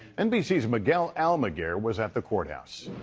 nbc's miguel almaguer was at the courthouse.